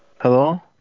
Hello